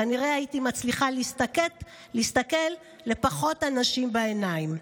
כנראה הייתי מצליחה להסתכל לפחות אנשים בעיניים.